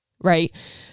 Right